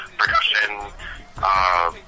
production